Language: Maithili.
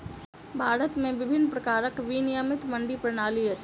भारत में विभिन्न प्रकारक विनियमित मंडी प्रणाली अछि